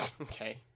okay